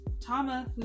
Tama